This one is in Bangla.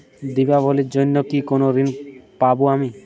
দীপাবলির জন্য কি কোনো ঋণ পাবো আমি?